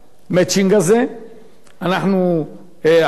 אנחנו עשינו איזה פעולה בוועדת הכספים,